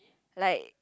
like